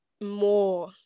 more